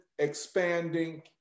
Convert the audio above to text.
expanding